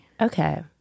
Okay